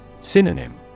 Synonym